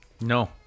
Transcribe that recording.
No